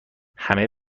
همه